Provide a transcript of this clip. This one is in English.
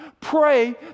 Pray